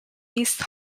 east